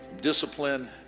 discipline